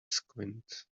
squint